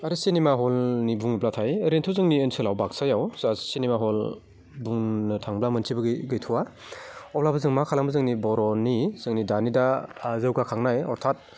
आरो सिनेमा हलनि बुंब्लाथाय ओरैनोथ' जोंनि ओनसोलाव बाक्सायाव जाहा सिनेमा हल बंनो थांब्ला मोनसेबो गै गैथ'आ अब्लाबो जों मा खालामो जोंनि बर'नि जोंनि दानि दा जौगाखांनाय हथात